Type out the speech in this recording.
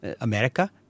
America